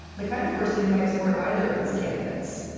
the kind of person who might support either of these candidates.